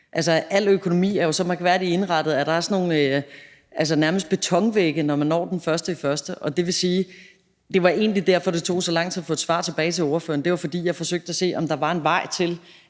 Al økonomi er jo så mærkværdigt indrettet, at der er sådan nogle nærmest betonvægge, når man når den 1. januar. Og det var egentlig derfor, at det tog så lang tid at få et svar tilbage til ordføreren; det var, fordi jeg forsøgte at se, om der var en vej til,